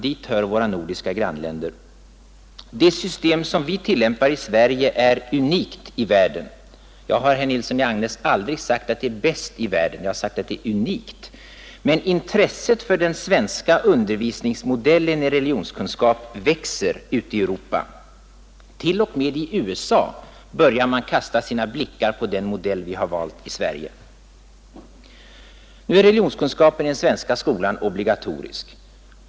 Dit hör våra nordiska grannländer. Det system som vi tillämpar i Sverige är unikt i världen. — Jag har, herr Nilsson i Agnäs, inte sagt att det är bäst i världen, jag har sagt att det är unikt. — Men intresset för den svenska undervisningsmodellen i religionskunskap växer ute i Europa. T. o. m. i USA börjar man kasta sina blickar på den modell vi har valt i Sverige. Nu är religionskunskapen i den svenska skolan obligatorisk.